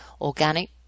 organic